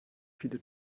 viele